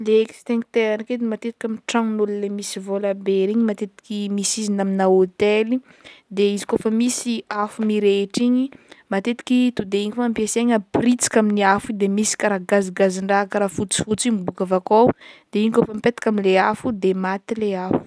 Le extincteur ndraiky edy matetiky amin'ny le tragnon'ôlo le misy vôlabe regny matetiky izy na amina hotely, izy kaofa misy afo mirehitra igny, matetiky to'de igny fogna ampiasaigny aporitsika amin'ny afo i, de misy karaha gazigazin-draha karaha fotsifotsy io miboaka avy akao de igny kaofa mipetaka amle afo de maty le afo.